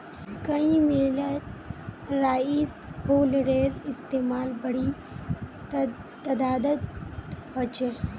कई मिलत राइस हुलरेर इस्तेमाल बड़ी तदादत ह छे